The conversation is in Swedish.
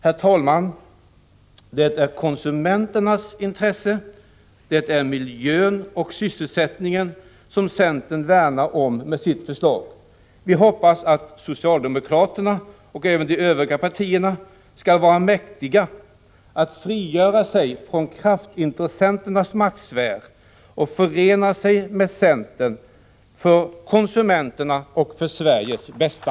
Herr talman! Det är konsumenterna, miljön och sysselsättningen som centern värnar om med sitt förslag. Vi hoppas att socialdemokraterna, och även de övriga partierna, skall vara mäktiga att frigöra sig från kraftintressenas maktsfär och förena sig med centern, för konsumenternas och Sveriges bästa.